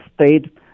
state